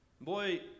Boy